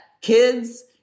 kids